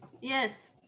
Yes